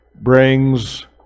brings